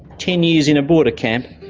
ten years in a border camp,